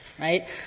right